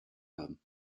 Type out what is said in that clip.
haben